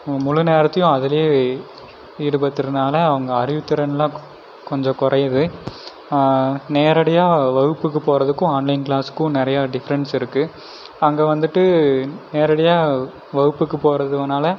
முழு நேரத்தையும் அதுல ஈடுபடுத்துறனால அவங்க அறிவுத்திறன்லாம் கொஞ்சம் குறையிது நேரடியாக வகுப்புக்கு போகறதுக்கும் ஆன்லைன் க்ளாஸ்க்கும் நிறையா டிஃப்ரென்ஸ் இருக்கு அங்கே வந்துவிட்டு நேரடியாக வகுப்புக்கு போகறதுனால